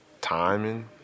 timing